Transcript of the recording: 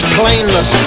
plainness